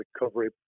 recovery